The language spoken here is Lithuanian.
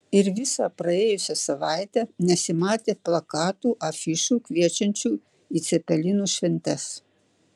ir visą praėjusią savaitę nesimatė plakatų afišų kviečiančių į cepelinų šventes